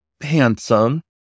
handsome